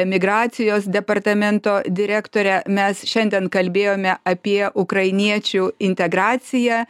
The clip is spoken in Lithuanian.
migracijos departamento direktore mes šiandien kalbėjome apie ukrainiečių integraciją